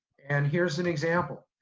and here's an example.